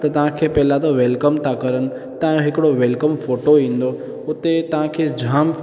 त तव्हांखे पहिला त वेलकम था करनि तव्हां हिकिड़ो वेलकम फ़ोटो ईंदो हुते तव्हांखे जाम